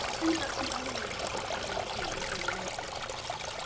think about some other ways you could communicate with your local public.